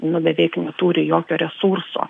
nu beveik neturi jokio resurso